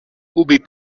booby